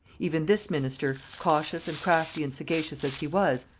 even this minister, cautious and crafty and sagacious as he was,